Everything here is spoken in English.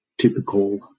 typical